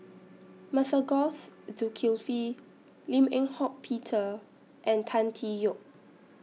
Masagos Zulkifli Lim Eng Hock Peter and Tan Tee Yoke